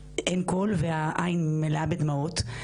אין קול והעיניים מלאות בדמעות,